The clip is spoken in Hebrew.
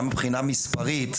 גם מבחינה מספרית,